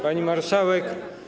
Pani Marszałek!